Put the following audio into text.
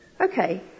Okay